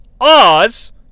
Oz